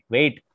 Wait